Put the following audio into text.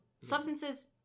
substances